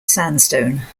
sandstone